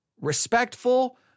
respectful